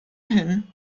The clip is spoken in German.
hin